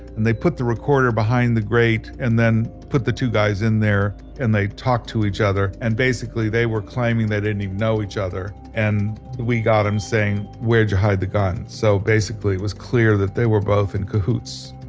and they put the recorder behind the grate and then put the two guys in there and they talked to each other, and basically they were claiming they didn't even know each other and we got them saying, where'd you hide the gun? so basically it was clear that they were both in cahoots